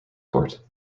court